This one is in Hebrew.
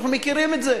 אנחנו מכירים את זה.